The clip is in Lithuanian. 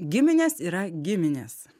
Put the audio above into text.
giminės yra giminės